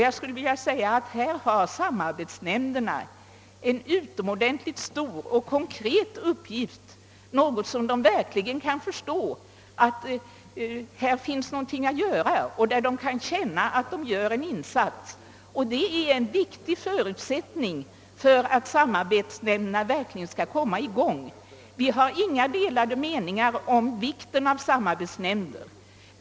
Jag skulle vilja säga att här har samarbetsnämnderna en «utomordentligt stor och konkret uppgift där de verkligen kan göra en insats vilket är en viktig förutsättning för att samarbetsnämnderna skall kunna komma i gång. Vi har inga delade meningar om vikten av samarbetsnämnder.